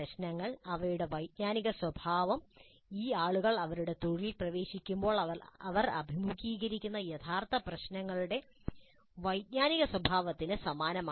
പ്രശ്നങ്ങൾ അവരുടെ വൈജ്ഞാനിക സ്വഭാവം ഈ ആളുകൾ അവരുടെ തൊഴിലിൽ പ്രവേശിക്കുമ്പോൾ അവർ അഭിമുഖീകരിക്കുന്ന യഥാർത്ഥ പ്രശ്നങ്ങളുടെ വൈജ്ഞാനിക സ്വഭാവത്തിന് സമാനമാണ്